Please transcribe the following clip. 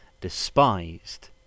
despised